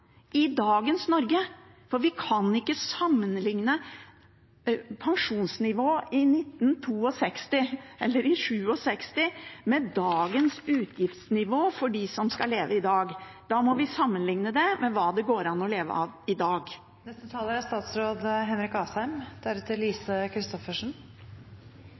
i dagens Norge. Vi kan ikke sammenlikne pensjonsnivået i 1962 eller 1967 med utgiftsnivået til dem som skal leve i dag. Da må vi sammenlikne det med hva det går an å leve av i dag. Nå skal jeg gjøre noe jeg egentlig ikke er